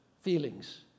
feelings